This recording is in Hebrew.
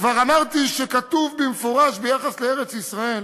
כבר אמרתי שכתוב במפורש ביחס לארץ-ישראל